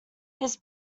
his